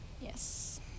yes